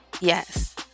Yes